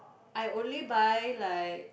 I only buy like